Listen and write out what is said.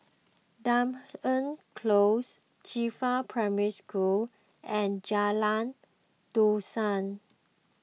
Dunearn Close Qifa Primary School and Jalan Dusan